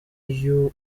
uyu